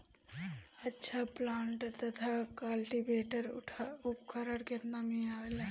अच्छा प्लांटर तथा क्लटीवेटर उपकरण केतना में आवेला?